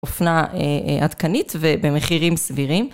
אופנה עדכנית ובמחירים סבירים.